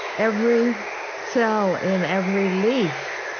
every cell in every leaf